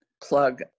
plug